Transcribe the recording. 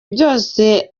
byose